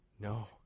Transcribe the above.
No